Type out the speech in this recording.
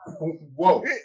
Whoa